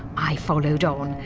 i followed on,